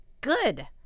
good